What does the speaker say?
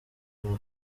muri